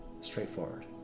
Straightforward